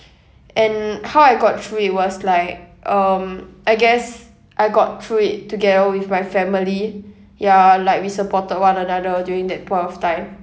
and how I got through it was like um I guess I got through it together with my family ya like we supported one another during that point of time